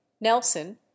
Nelson